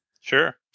Sure